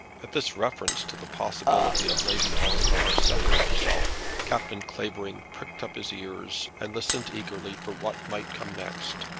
at this reference to the possibility of lady ongar settling herself, captain clavering pricked up his ears, and listened eagerly for what might come next.